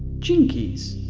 jinkies.